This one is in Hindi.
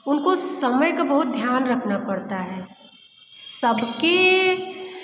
उनका समय का बहुत ध्यान रखना पड़ता है सब के